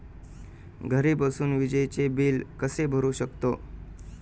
घरी बसून विजेचे बिल कसे भरू शकतो?